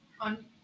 on